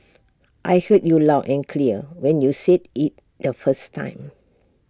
I heard you loud and clear when you said IT the first time